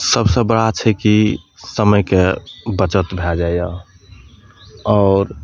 सबसे बड़ा छै की समयके बचत भए जाइया आओर